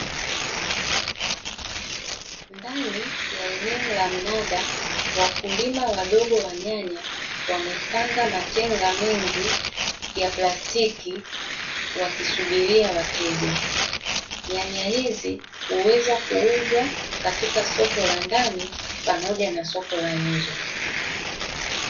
Ndani ya eneo la mnada wakulima wadogo wa nyanya, wamepanga matenga mengi ya plastiki wakisubiria wateja, nyanya hizi huweza kuuzwa katika soko la ndani pamoja na soko la nje.